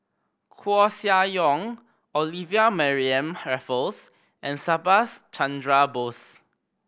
Koeh Sia Yong Olivia Mariamne Raffles and Subhas Chandra Bose